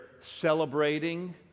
celebrating